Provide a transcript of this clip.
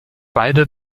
beide